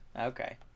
okay